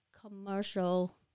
commercial